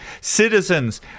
Citizens